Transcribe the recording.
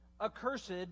accursed